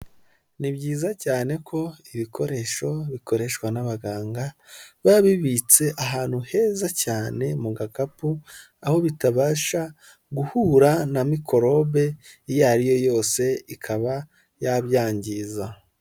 Ni byiza cyane ko ibikoresho bikoreshwa n'abaganga ba bibitse ahantu heza cyane mu gakapu aho bitabasha guhura na mikorobe iyo ariyo yose ikaba yabyangiza.